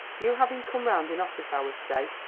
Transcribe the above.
you have him come round in office hours, say,